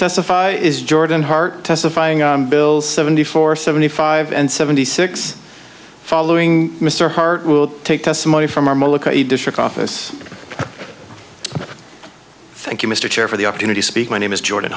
testify is jordan hart testifying on bills seventy four seventy five and seventy six following mr hart will take testimony from the district office thank you mr chair for the opportunity to speak my name is jordan